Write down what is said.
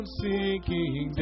sinking